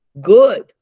good